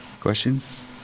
Questions